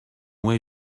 way